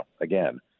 again